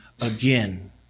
again